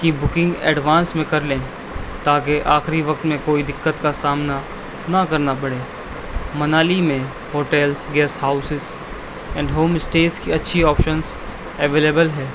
کی booking advance میں کر لیں تاکہ آخری وقت میں کوئی دقت کا سامنا نہ کرنا پڑے منالی میں hotels guest houses and home stays کی اچھی آپشنز اویلیبل ہے